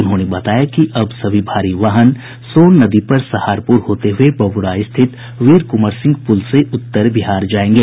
उन्होंने बताया कि अब सभी भारी वाहन सोन नदी पर सहारपूर होते हुए बबुरा स्थित वीर कुंवर सिंह पुल से उत्तर बिहार जायेंगे